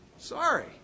Sorry